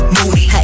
Moody